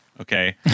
okay